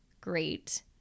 great